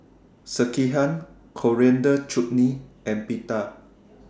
Sekihan Coriander Chutney and Pita